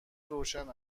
روشن